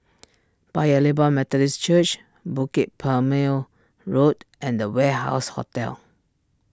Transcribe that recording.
Paya Lebar Methodist Church Bukit Purmei Road and the Warehouse Hotel